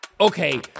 Okay